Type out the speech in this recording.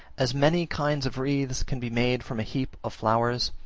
as many kinds of wreaths can be made from a heap of flowers,